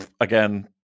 again